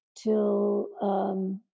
till